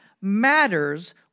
matters